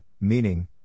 meaning